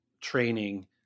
training